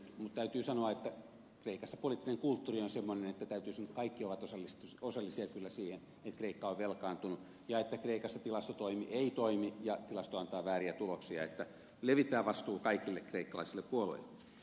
mutta täytyy sanoa että kreikassa poliittinen kulttuuri on semmoinen että kaikki ovat kyllä osallisia siihen että kreikka on velkaantunut ja että kreikassa tilastotoimi ei toimi ja tilasto antaa vääriä tuloksia niin että levitetään vastuu kaikille kreikkalaisille puolueille